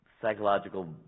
Psychological